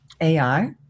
AI